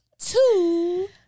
Two